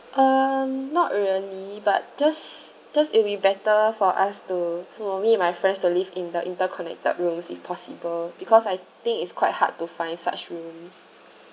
um not really but just just it will be better for us to for me and my friends to live in the interconnected rooms if possible because I think it's quite hard to find such rooms